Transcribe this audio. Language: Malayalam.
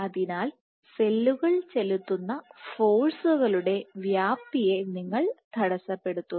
അതിനാൽ സെല്ലുകൾ ചെലുത്തുന്ന ഫോഴ്സുകളുടെ വ്യാപ്തിയെ നിങ്ങൾ തടസ്സപ്പെടുത്തുന്നു